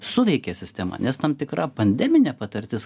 suveikė sistema nes tam tikra pandeminė patirtis